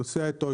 נוסע איתו,